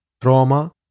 trauma